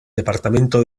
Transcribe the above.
departamento